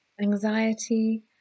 anxiety